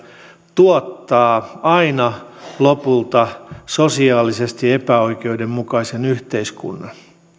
tuottaa aina lopulta sosiaalisesti epäoikeudenmukaisen yhteiskunnan